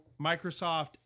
Microsoft